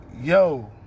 yo